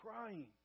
crying